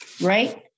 right